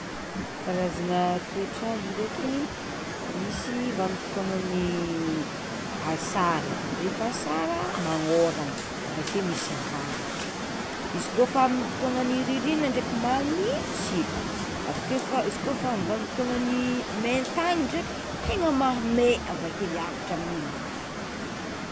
Karazagna toetr'andro ndreky misy vanim-potoanan'ny asara, rehefa asara magnôrana avakeo misy varatra, izy kôfa amin'ny fotoanan'ny rirignigna ndraiky magnintsy avakeo fa izy kôfa vanim-potoanan'ny main-tany ndraiky tegna mahamey avakeo miakatra amin'igny vary.